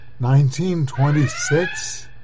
1926